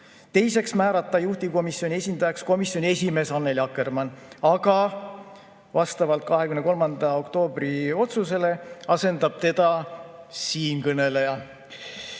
Teiseks, määrata juhtivkomisjoni esindajaks komisjoni esimees Annely Akkermann, aga vastavalt 23. oktoobri otsusele asendab teda siinkõneleja.